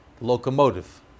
locomotive